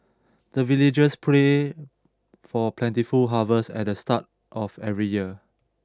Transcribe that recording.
the villagers pray for plentiful harvest at the start of every year